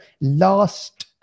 last